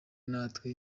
natwe